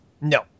no